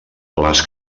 les